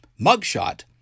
mugshot